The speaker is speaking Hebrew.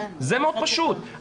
זה מאוד פשוט,